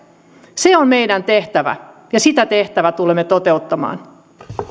se on meidän tehtävämme ja sitä tehtävää tulemme toteuttamaan